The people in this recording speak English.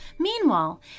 Meanwhile